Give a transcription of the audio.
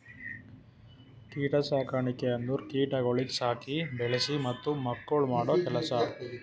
ಕೀಟ ಸಾಕಣಿಕೆ ಅಂದುರ್ ಕೀಟಗೊಳಿಗ್ ಸಾಕಿ, ಬೆಳಿಸಿ ಮತ್ತ ಮಕ್ಕುಳ್ ಮಾಡೋ ಕೆಲಸ